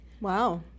Wow